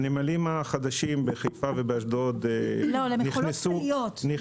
הנמלים החדשים בחיפה ובאשדוד נכנסו -- למכולות כלליות?